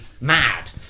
mad